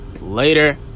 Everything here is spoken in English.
later